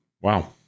wow